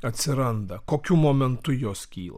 atsiranda kokiu momentu jos kyla